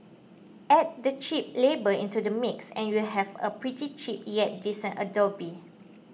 add the cheap labour into the mix and you'd have a pretty cheap yet decent abode